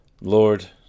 lord